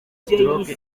stroke